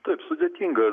taip sudėtinga